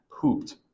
pooped